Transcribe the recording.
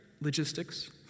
logistics